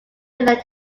let